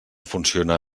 funciona